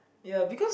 ya because